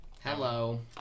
Hello